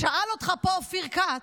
שאל אותך פה אופיר כץ: